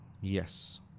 Yes